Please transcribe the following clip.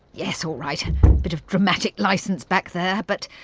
yes, alright, a bit of dramatic licence back there but,